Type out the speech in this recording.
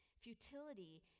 Futility